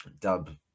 dub